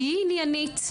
תהיי עניינית,